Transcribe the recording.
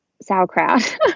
sauerkraut